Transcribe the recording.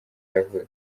yavutse